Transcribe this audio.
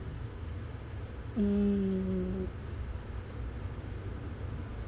mm